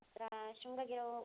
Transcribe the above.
अत्र शृङ्गगिरौ